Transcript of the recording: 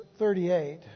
38